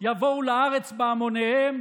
יבואו לארץ בהמוניהם.